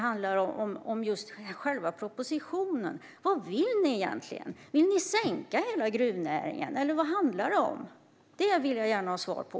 Vad vill ni egentligen? Vill ni sänka hela gruvnäringen, eller vad handlar det om? Det vill jag gärna ha svar på.